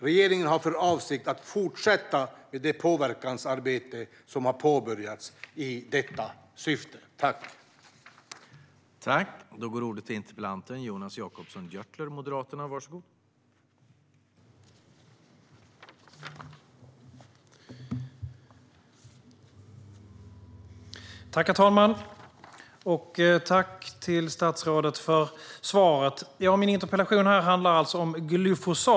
Regeringen har för avsikt att fortsätta med det påverkansarbete som har påbörjats i detta syfte.